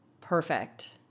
perfect